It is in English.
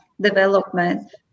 development